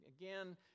Again